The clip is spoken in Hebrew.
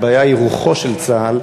הבעיה היא רוחו של צה"ל,